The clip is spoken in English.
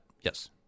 Yes